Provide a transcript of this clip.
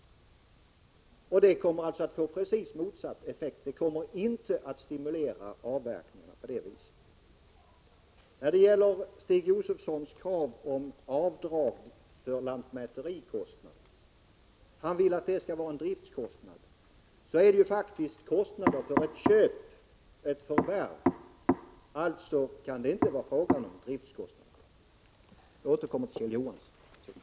Det kommer att få precis motsatt effekt mot den vi vill ha. Det kommer inte att stimulera avverkningar. Stig Josefson kräver vidare rätt till avdrag för lantmäterikostnad. Han vill att det skall anses vara en driftkostnad. Men det är faktiskt en kostnad för förvärv. Alltså kan det inte vara fråga om en driftkostnad. Jag återkommer till Kjell Johansson.